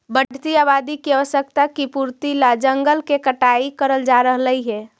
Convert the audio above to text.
बढ़ती आबादी की आवश्यकता की पूर्ति ला जंगल के कटाई करल जा रहलइ हे